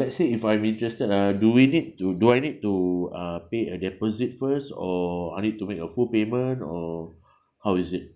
let's say if I'm interested ah do we need to do I need to uh pay a deposit first or I need to make a full payment or how is it